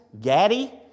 Gaddy